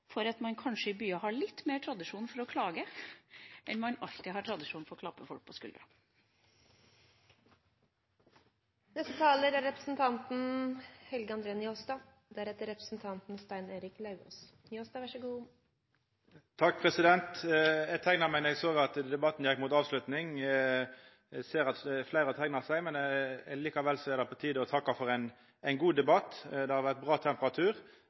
for at man i byer kanskje har litt mer tradisjon for å klage enn man har tradisjon for å klappe folk på skuldra. Eg teikna meg då eg såg at debatten gjekk mot ei avslutning. Eg ser at fleire har teikna seg. Likevel er det på tide å takka for ein god debatt. Det har vore bra temperatur.